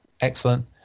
excellent